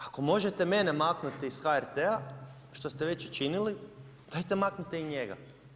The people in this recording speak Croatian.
Ako možete mene maknuti sa HRT-a što ste već učinili, dajte maknite i njega.